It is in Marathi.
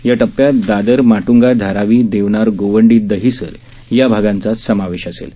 या टप्प्यात दादरमाटूंगाधारावीदेवनारगोवंडीदहिसर या भागांचा समावेश असेल